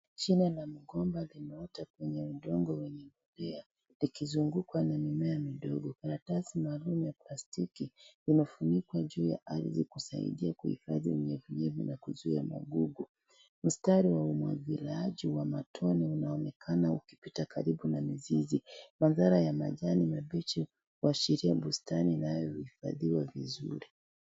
Shamba la migomba limeota kwenye udongo wenye mimea likizungukwa na mimea midogo. Karatasi maalumu ya plastiki imefunikwa juu ya ardhi kusaidia kuhifadhi unyevunyevu na kuzuiza magugu. Mstari wa umwagiliaji wa matone unaonekana ukipita karibu na mizizi. Mandhari ya majani mabichi kuashiria bustani inayohifadhiwa vizuri.